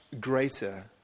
greater